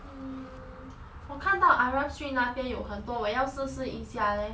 mm 我看到 arab street 那边有很多我要试试一下 leh